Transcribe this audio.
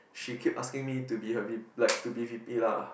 she keep asking me to be her V like to be V_P lah